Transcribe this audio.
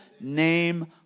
name